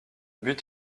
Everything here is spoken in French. but